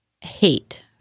hate